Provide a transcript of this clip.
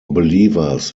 believers